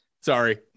Sorry